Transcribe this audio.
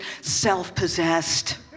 self-possessed